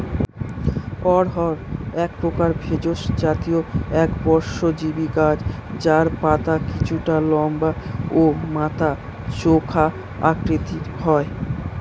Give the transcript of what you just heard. অড়হর একপ্রকার ভেষজ জাতীয় একবর্ষজীবি গাছ যার পাতা কিছুটা লম্বা ও মাথা চোখা আকৃতির হয়